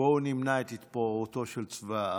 בואו נמנע את התפוררותו של צבא העם,